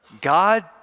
God